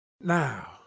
now